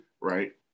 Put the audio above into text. right